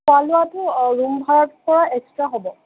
খোৱা লোৱাটো ৰূম ভাড়াৰ পৰা এক্সট্ৰা হ'ব